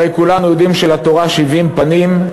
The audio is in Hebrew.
הרי כולנו יודעים שלתורה שבעים פנים.